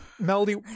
Melody